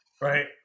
Right